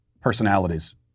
personalities